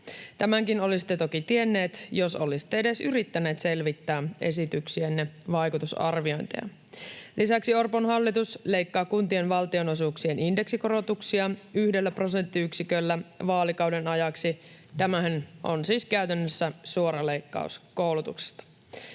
Tämänkin olisitte toki tienneet, jos olisitte edes yrittäneet selvittää esityksienne vaikutusarviointeja. Lisäksi Orpon hallitus leikkaa kuntien valtionosuuksien indeksikorotuksia yhdellä prosenttiyksiköllä vaalikauden ajaksi. Tämähän on siis käytännössä suora leikkaus koulutuksesta.